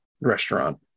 restaurant